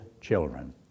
children